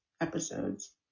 episodes